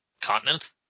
continent